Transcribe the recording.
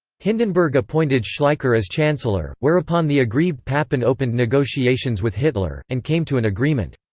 hindenberg appointed schleicher as chancellor, whereupon the aggrieved papen opened negotiations with hitler, and came to an agreement.